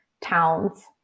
towns